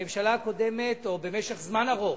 הממשלה הקודמת, או, במשך זמן ארוך,